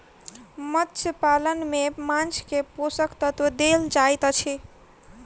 मत्स्य पालन में माँछ के पोषक तत्व देल जाइत अछि